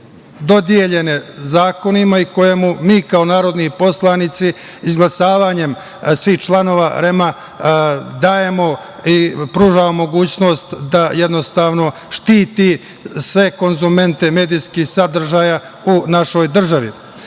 dodeljene zakonima, i koje mu mi kao narodni poslanici izglasavanjem svih članova REM-a, dajemo i pružamo mogućnost da jednostavno, štiti sve konzumente medijskih sadržaja u našoj